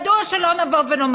מדוע שלא נאמר: